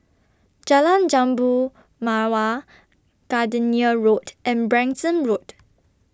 Jalan Jambu Mawar Gardenia Road and Branksome Road